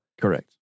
Correct